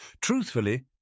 Truthfully